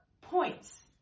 points